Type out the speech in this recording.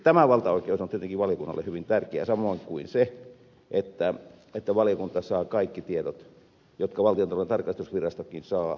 tämä valtaoikeus on tietenkin valiokunnalle hyvin tärkeä samoin kuin se että valiokunta saa kaikki tiedot jotka valtiontalouden tarkastusvirastokin saa